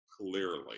clearly